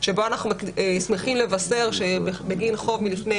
שבו אנחנו שמחים לבשר שבגין חוב מלפני